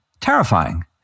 Terrifying